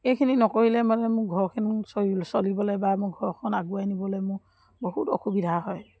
এইখিনি নকৰিলে মানে মোৰ ঘৰখন চলিবলৈ বা মোৰ ঘৰখন আগুৱাই নিবলৈ মোৰ বহুত অসুবিধা হয়